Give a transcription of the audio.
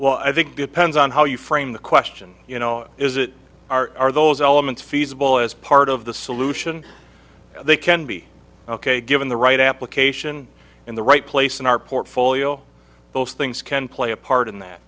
well i think depends on how you frame the question you know is it are are those elements feasible as part of the solution they can be ok given the right application in the right place in our portfolio those things can play a part in that